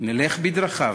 נלך בדרכיו,